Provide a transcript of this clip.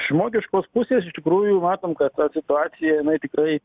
žmogiškos pusės iš tikrųjų matom kad ta situacija tikrai